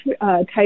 type